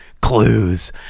clues